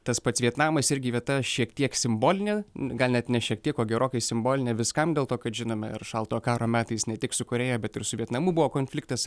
tas pats vietnamas irgi vieta šiek tiek simbolinė gal net ne šiek tiek gerokai simbolinė viskam dėl to kad žinome ir šaltojo karo metais ne tik su korėja bet ir su vietnamu buvo konfliktas